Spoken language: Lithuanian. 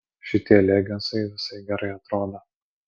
šitie leginsai visai gerai atrodo